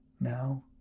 now